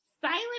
Silent